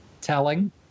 telling